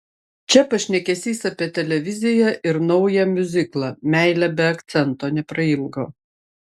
čia pašnekesys apie televiziją ir naują miuziklą meilė be akcento neprailgo